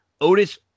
Otis